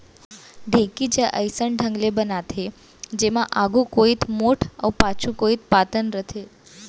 ढेंकी ज अइसन ढंग ले बनाथे जेमा आघू कोइत मोठ अउ पाछू कोइत पातन रथे